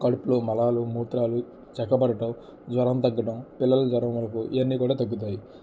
కడుపులో మలాలు మూత్రాలు చక్కబడటం జ్వరం తగ్గడం పిల్లలకు జ్వరం వరకు ఇయన్నీ కూడా తగ్గుతాయి